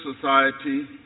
society